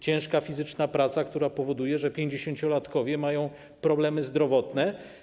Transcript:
Ciężka fizyczna praca powoduje, że pięćdziesięciolatkowie mają problemy zdrowotne.